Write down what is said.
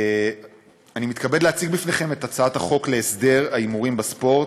אני מתכבד להציג בפניכם את הצעת החוק להסדר ההימורים בספורט,